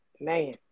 Man